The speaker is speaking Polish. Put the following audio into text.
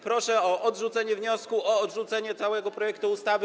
Proszę o odrzucenie wniosku o odrzucenie całego projektu ustawy.